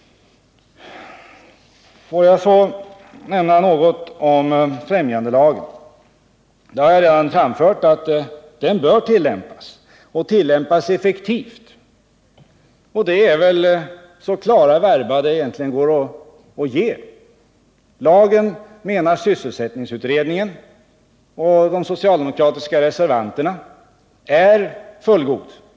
Får jag så nämna något om främjandelagen. Jag har redan sagt att den bör tillämpas och tillämpas effektivt. Det är väl så klara verba som egentligen går att ge. Lagen, menar sysselsättningsutredningen och de socialdemokratiska reservanterna, är fullgod.